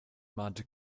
mahnte